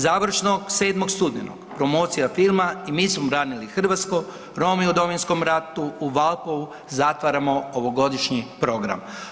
Završno, 7. studenog promocija filma I mi smo branili Hrvatsku, Romi u Domovinskom ratu u Valpovu zatvaramo ovogodišnji program.